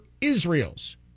Israel's